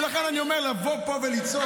ולכן, לבוא לפה ולצעוק: